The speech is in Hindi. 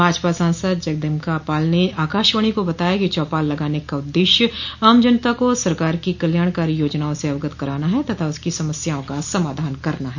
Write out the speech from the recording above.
भाजपा सांसद जगदम्बिका पाल ने आकाशवाणी को बताया कि चौपाल लगाने का उद्देश्य आम जनता को सरकार की कल्याणकारी योजनाओं से अवगत कराना है तथा उसकी समस्याओं का समाधान करना है